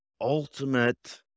ultimate